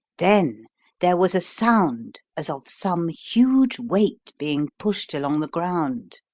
then there was a sound as of some huge weight being pushed along the ground.